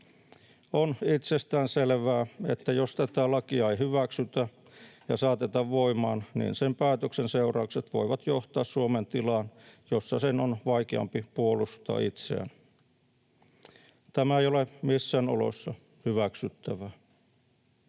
On itsestäänselvää, että jos tätä lakia ei hyväksytä ja saateta voimaan, niin sen päätöksen seuraukset voivat johtaa Suomen tilaan, jossa sen on vaikeampi puolustaa itseään. Tämä ei ole missään oloissa hyväksyttävää.